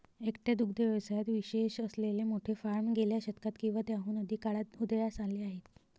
एकट्या दुग्ध व्यवसायात विशेष असलेले मोठे फार्म गेल्या शतकात किंवा त्याहून अधिक काळात उदयास आले आहेत